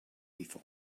lethal